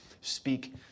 speak